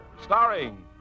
starring